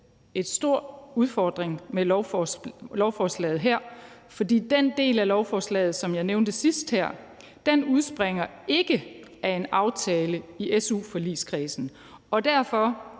en stor udfordring med lovforslaget her, for den del af lovforslaget, som jeg nævnte sidst, udspringer ikke af en aftale i su-forligskredsen, og derfor